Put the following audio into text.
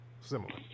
Similar